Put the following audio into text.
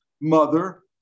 mother